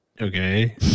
Okay